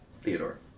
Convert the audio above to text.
Theodore